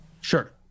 Sure